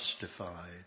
justified